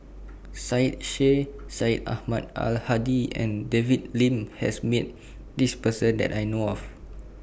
Syed Sheikh Syed Ahmad Al Hadi and David Lim has Met This Person that I know of